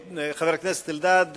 חבר הכנסת אלדד,